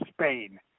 Spain